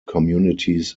communities